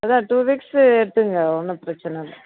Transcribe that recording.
அதான் two weeks எடுத்துக்கங்க ஒன்றும் பிரச்சனை இல்லை